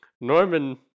Norman